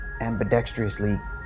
ambidextrously